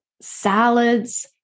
salads